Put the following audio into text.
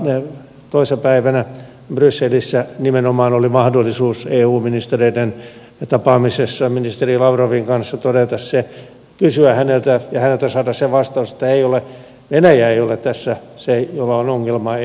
toissa päivänä brysselissä nimenomaan oli mahdollisuus eu ministereiden tapaamisessa ministeri lavrovin kanssa todeta se kysyä häneltä ja saada häneltä se vastaus että venäjä ei ole tässä se jolla on ongelma eun kanssa